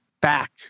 back